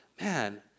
man